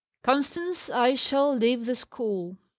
constance, i shall leave the school!